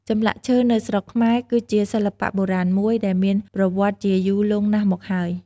ចម្លាក់ឈើនៅស្រុកខ្មែរ គឺជាសិល្បៈបុរាណមួយ ដែលមានប្រវត្តិជាយូរលង់ណាស់មកហើយ។